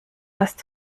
hast